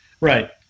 Right